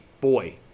boy